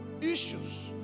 issues